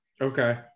okay